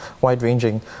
wide-ranging